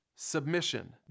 Submission